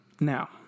Now